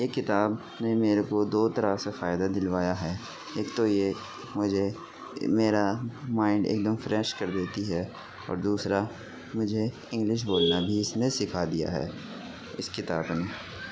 یہ کتاب نے میرے کو دو طرح سے فائدہ دلوایا ہے ایک تو یہ مجھے میرا مائنڈ ایک دم فریش کر دیتی ہے اور دوسرا مجھے انگلش بولنا بھی اس نے سکھا دیا ہے اس کتاب نے